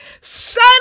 Son